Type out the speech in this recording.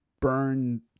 burn